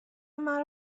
مرا